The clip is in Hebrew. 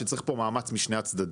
שצריך פה מאמץ משני הצדדים.